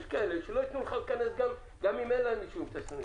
יש כאלה שלא ייתנו לך להיכנס גם אם אין להם שום תסמינים,